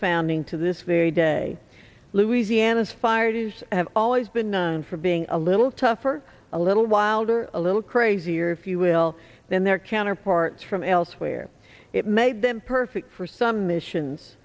founding to this very day louisiana's fires have always been known for being a little tougher a little wilder a little crazier if you will than their counterparts from elsewhere it made them perfect for some missions